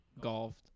golfed